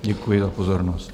Děkuji za pozornost.